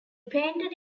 painted